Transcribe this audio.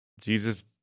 Jesus